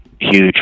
huge